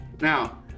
Now